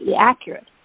accurate